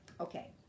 okay